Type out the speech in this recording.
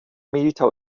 mehltau